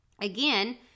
again